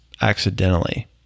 accidentally